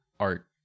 art